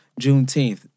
Juneteenth